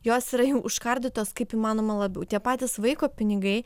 jos yra jau užkardytos kaip įmanoma labiau tie patys vaiko pinigai